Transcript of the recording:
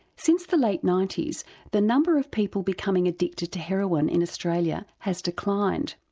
since the late ninety s the number of people becoming addicted to heroin in australia has declined.